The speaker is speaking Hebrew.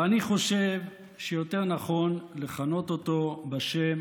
ואני חושב שנכון יותר לכנות אותו בשם